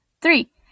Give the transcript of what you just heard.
three